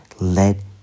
Let